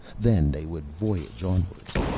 then they would voyage onwards.